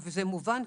וזה מובן,